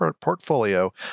portfolio